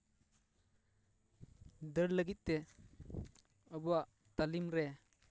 ᱫᱟᱹᱲ ᱞᱟᱹᱜᱤᱫ ᱛᱮ ᱟᱵᱚᱣᱟᱜ ᱛᱟᱹᱞᱤᱢ ᱨᱮ